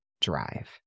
drive